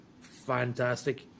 fantastic